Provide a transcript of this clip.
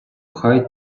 хай